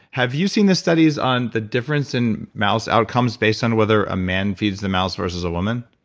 have using the studies on the difference in mouse outcomes based on whether a man feeds the mouse versus a woman?